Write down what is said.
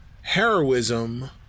heroism